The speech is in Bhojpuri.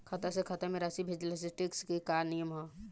खाता से खाता में राशि भेजला से टेक्स के का नियम ह?